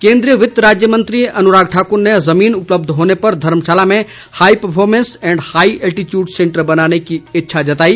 केंद्रीय वित्त राज्य मंत्री अनुराग ठाकुर ने जमीन उपलब्ध होने पर धर्मशाला में high performance and high altitude centre बनाने की इच्छा जताई